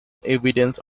evidence